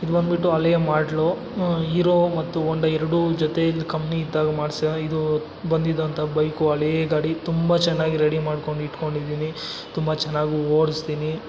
ಇದು ಬಂದುಬಿಟ್ಟು ಹಳೆಯ ಮಾಡ್ಲು ಈರೋ ಮತ್ತು ಓಂಡಾ ಎರಡೂ ಜೊತೆಯಲ್ಲಿ ಕಂಪ್ನಿ ಇದ್ದಾಗ ಮಾಡ್ಸ ಇದು ಬಂದಿದ್ದಂಥ ಬೈಕು ಹಳೇ ಗಾಡಿ ತುಂಬ ಚೆನ್ನಾಗಿ ರೆಡಿ ಮಾಡ್ಕೊಂಡು ಇಟ್ಕೊಂಡಿದ್ದೀನಿ ತುಂಬ ಚೆನ್ನಾಗು ಓಡಿಸ್ತೀನಿ